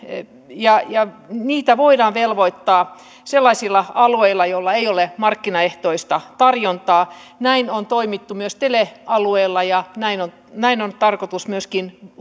ja ja niihin voidaan velvoittaa sellaisilla alueilla joilla ei ole markkinaehtoista tarjontaa näin on toimittu myös telealueilla ja näin on näin on tarkoitus